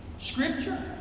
Scripture